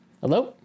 Hello